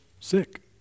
Sick